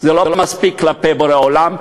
זה לא מספיק כלפי בורא עולם,